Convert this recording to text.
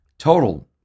total